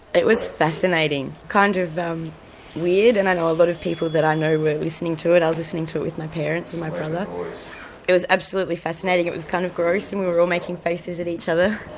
it was fascinating, kind of um weird, and i know a lot of people that i know were listening to it, i was listening to it with my parents and my brother it was absolutely fascinating, it was kind of gross and we were all making faces at each other.